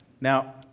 Now